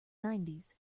nineties